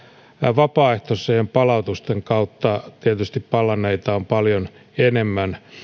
vapaaehtoisten palautusten kautta palanneita on tietysti paljon enemmän